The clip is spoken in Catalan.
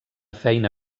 feina